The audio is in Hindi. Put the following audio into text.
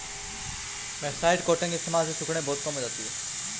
मर्सराइज्ड कॉटन के इस्तेमाल से सिकुड़न बहुत कम हो जाती है पिंटू